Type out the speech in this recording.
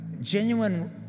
genuine